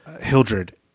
Hildred